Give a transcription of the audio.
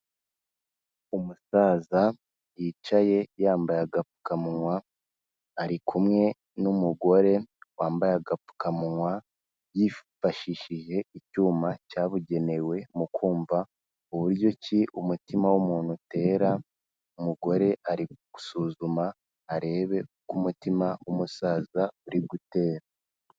Umusaza yicaye yambaye agapfukamunwa, ari kumwe n'umugore wambaye agapfukamunwa yifashishije icyuma cyabugenewe mu kumva uburyo ki umutima w'umuntu utera, umugore ari gusuzuma arebe uko umutima w'umusaza uri gutera.